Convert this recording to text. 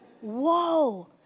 Whoa